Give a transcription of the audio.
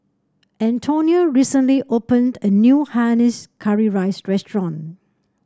Antonia recently opened a new Hainanese Curry Rice restaurant